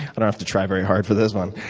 i don't have to try very hard for this one.